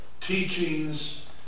teachings